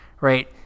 Right